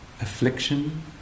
Affliction